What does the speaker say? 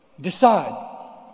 Decide